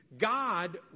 God